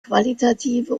qualitative